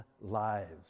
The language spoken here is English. lives